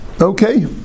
okay